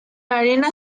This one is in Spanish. arena